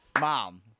mom